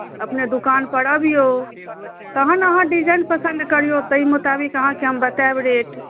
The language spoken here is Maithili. अपने दोकानपर अबियौ तहन अहाँ डिजाइन पसन्द करियौ ताहि मोताबिक अहाँकेँ हम बतायब रेट